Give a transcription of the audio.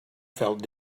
felt